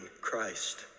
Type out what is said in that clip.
Christ